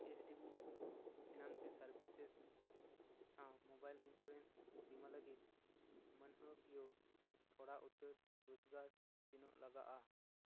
age D B financial services ᱥᱟᱶ mobile insurance ᱵᱤᱢᱟ ᱞᱟᱹᱜᱤᱫ ᱢᱟᱹᱱᱦᱟᱹᱠᱤᱭᱟᱹ ᱛᱷᱚᱲᱟ ᱩᱛᱟᱹᱨ ᱨᱚᱡᱽᱜᱟᱨ ᱛᱤᱱᱟᱹᱜ ᱞᱟᱜᱟᱜᱼᱟ